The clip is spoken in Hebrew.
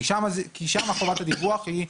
שם חובת הדיווח היא גורפת,